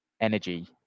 energy